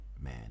man